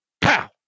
pow